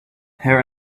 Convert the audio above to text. hair